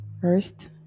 first